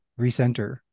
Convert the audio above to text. recenter